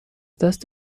دست